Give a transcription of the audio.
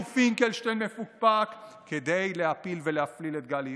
פינקלשטיין המפוקפק כדי להפיל ולהפליל את גל הירש.